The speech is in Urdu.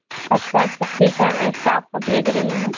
اچھا اچھا ٹھیک ہے میں اسٹاف کو بھیج رہی ہوں